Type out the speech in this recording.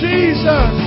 Jesus